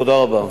תודה רבה.